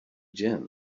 gin